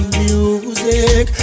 music